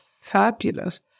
fabulous